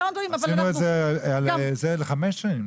עשינו לחמש שנים.